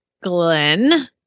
Glenn